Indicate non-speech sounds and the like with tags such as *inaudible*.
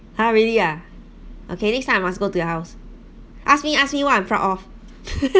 !huh! really ah okay next time I must go to your house ask me ask me what I'm proud of *laughs*